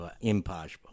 impossible